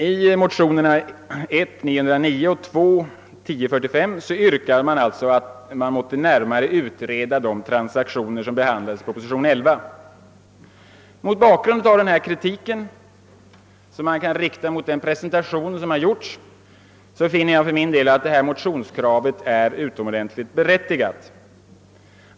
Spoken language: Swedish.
I motionerna 1I1:909 och II: 1045 yrkas bl.a. att man måtte närmare utreda de transaktioner som behandlas i proposition nr 11. Mot bakgrund av den kritik som kan riktas mot regeringens presentation av frågorna anser jag detta motionskrav ytterst berättigat.